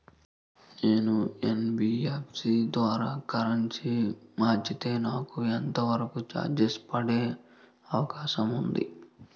నేను యన్.బి.ఎఫ్.సి ద్వారా కరెన్సీ మార్చితే నాకు ఎంత వరకు చార్జెస్ పడే అవకాశం ఉంది?